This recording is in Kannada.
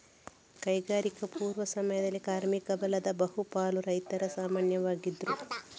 ಕೈಗಾರಿಕಾ ಪೂರ್ವ ಸಮಯದಲ್ಲಿ ಕಾರ್ಮಿಕ ಬಲದ ಬಹು ಪಾಲು ರೈತರು ಸಾಮಾನ್ಯವಾಗಿದ್ರು